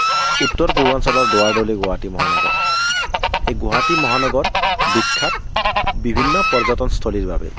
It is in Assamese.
উত্তৰ পূৰ্বাঞ্চলৰ দুৱাৰদলি গুৱাহাটী মহানগৰ এই গুৱাহাটী মহানগৰ বিখ্যাত বিভিন্ন পৰ্যটনস্থলীৰ বাবে